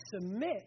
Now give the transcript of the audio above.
submit